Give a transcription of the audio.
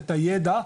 את הידע,